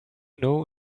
know